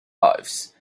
lives